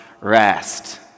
rest